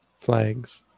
flags